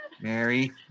Mary